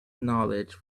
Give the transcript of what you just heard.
knowledge